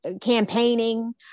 campaigning